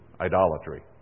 idolatry